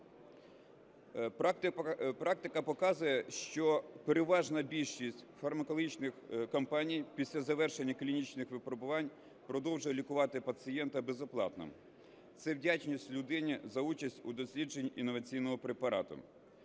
Практика показує, що переважна більшість фармакологічних компаній після завершення клінічних випробувань продовжує лікувати пацієнта безоплатно. Це вдячність людині за участь у дослідженні інноваційного препарату.